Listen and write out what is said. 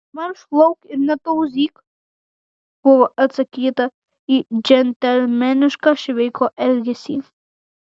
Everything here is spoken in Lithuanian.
marš lauk ir netauzyk buvo atsakyta į džentelmenišką šveiko elgesį